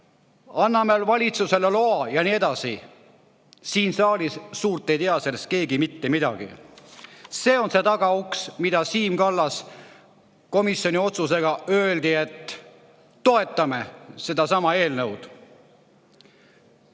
anname valitsusele loa ja nii edasi. Siin saalis ei tea keegi sellest suurt midagi. See on see tagauks, mida Siim Kallas … Komisjoni otsusega öeldi, et toetame sedasama eelnõu.